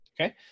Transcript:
Okay